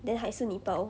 then 还是你包